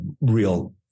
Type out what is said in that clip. real